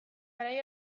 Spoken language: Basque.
garai